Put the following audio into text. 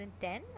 2010